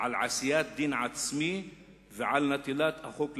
על עשיית דין עצמי ועל נטילת החוק לידיים,